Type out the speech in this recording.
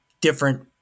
different